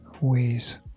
ways